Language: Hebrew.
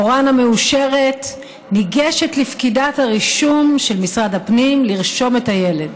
מורן המאושרת ניגשת לפקידת הרישום של משרד הפנים לרשום את הילד.